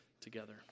together